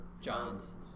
John's